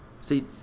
See